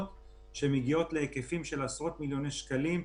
שמגיעות להיקפים של עשרות מיליוני שקלים.